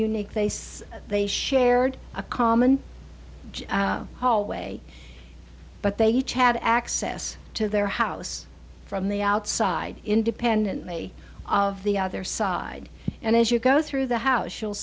unique case they shared a common hallway but they each had access to their house from the outside independently of the other side and as you go through the house